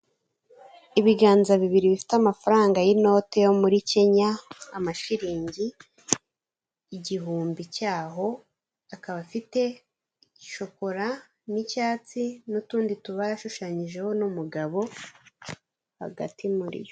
Ibiganza bibiri bifite amafaranga y'inote yo muri Kenya, amashiringi igihumbi cyaho, akaba afite shokora n'icyatsi n'utundi tubara ashushanyijeho n'umugabo hagati muri yo.